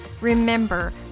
Remember